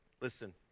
Listen